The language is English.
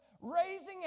raising